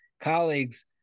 colleagues